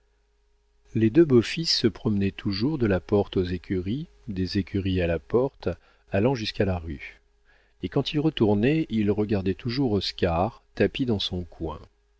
les deux beaux fils se promenaient toujours de la porte aux écuries des écuries à la porte allant jusqu'à la rue et quand ils retournaient ils regardaient toujours oscar tapi dans son coin